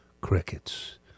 Crickets